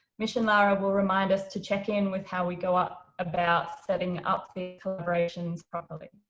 mish and lara will remind us to check in with how we go up about setting up the collaborations properly.